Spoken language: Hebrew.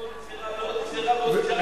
עוד גזירה ועוד גזירה ועוד גזירה,